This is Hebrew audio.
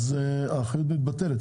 האחריות מתבטלת.